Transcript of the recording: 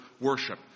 worship